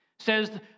says